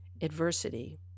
adversity